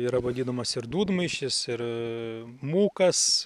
yra vadinamas ir dūdmaišis ir mūkas